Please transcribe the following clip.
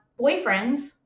boyfriends